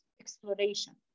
exploration